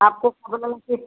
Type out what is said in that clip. आपको के